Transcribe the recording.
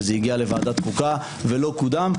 וזה הגיע לוועדת חוקה ולא קודם,